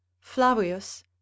Flavius